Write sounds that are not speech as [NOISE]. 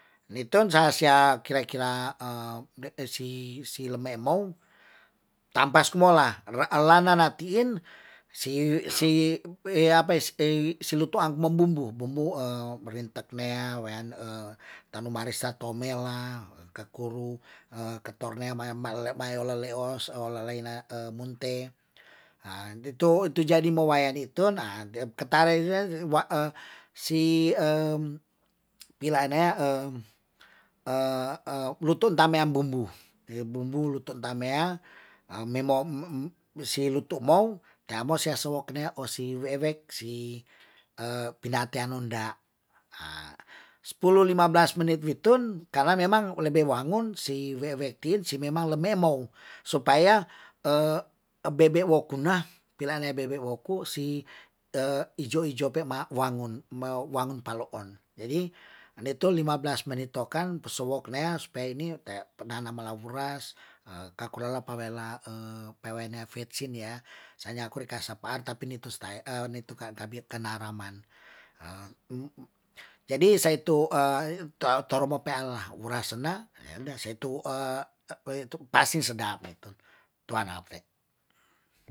Nitun sa sia kira- kira [HESITATION] si si leme mou tampa su mola, lana natiin si si [HESITATION] si lutu ang mom bumbu bumbu [HESITATION] rintet nea wean [HESITATION] tanuma resa tomela kokuru ke tornea, mae maelo leos, ola laina [HESITATION] munte, itu jadi mo wayan itu ketana si [HESITATION] pilanea [HESITATION] lutun tameam bumbu, ya bumbu lutu tamea, memou si lutu mou, ya mou sea sowok nea osiwe ewek si pinatean onda, sepuluh lima belas menit nitun karena memang lebe wangun si we ewek tin si memang le memou supaya [HESITATION] bebek woku na, pilanea bebek woku si ijo ijo pe wangun. Wangun paloon, jadi nitun lima belas menit tokan so wok nea supaya ini, kayak penana mela buras, ka kula pawela [HESITATION] pewene fetsin ya soalnya aku re kasa paar tapi nitu stai [HESITATION] nitu kan tabit tena'a raman, jadi sai itu [HESITATION] pe ala ura se na, ya udah sei tu [HESITATION] pasti sedap nitun, tuanafe